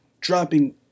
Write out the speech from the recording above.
dropping